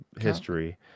history